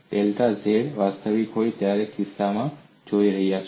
જ્યારે delta z વાસ્તવિક હોય ત્યારે આપણે કિસ્સો લઈ રહ્યા છીએ